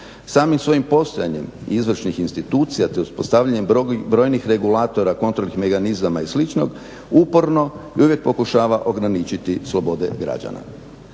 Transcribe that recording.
samim svojim postojanjem i izvršnih institucija te uspostavljanjem brojnih regulatora, kontrolnih mehanizama i sličnog, uporno i uvijek pokušava ograničiti slobode građana.